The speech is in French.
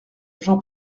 j’en